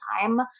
time